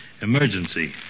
Emergency